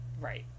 Right